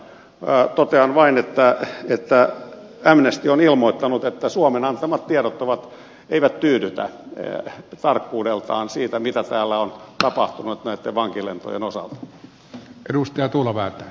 totean vain että amnesty on ilmoittanut että suomen antamat tiedot siitä mitä täällä on tapahtunut näitten vankilentojen osalta eivät tyydytä tarkkuudeltaan